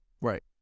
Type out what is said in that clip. right